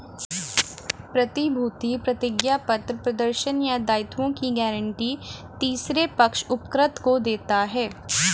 प्रतिभूति प्रतिज्ञापत्र प्रदर्शन या दायित्वों की गारंटी तीसरे पक्ष उपकृत को देता है